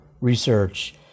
research